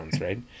right